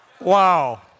Wow